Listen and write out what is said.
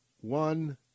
one